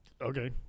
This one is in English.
Okay